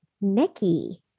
Mickey